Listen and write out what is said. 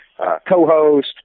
co-host